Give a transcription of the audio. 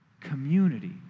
community